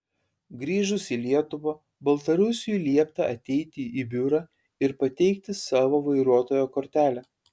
grįžus į lietuvą baltarusiui liepta ateiti į biurą ir pateikti savo vairuotojo kortelę